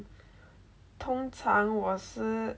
通常我是